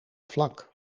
vlak